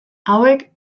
hauek